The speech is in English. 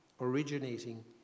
originating